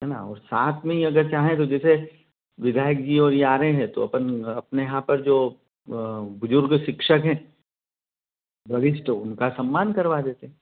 है ना और साथ में ही अगर चाहें तो जैसे विधायक जी और यह आ रहे हैं तो अपन अपने यहाँ पर जो बुज़ुर्ग शिक्षक हैं वरिष्ठ उनका सम्मान करवा देते